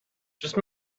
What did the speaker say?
just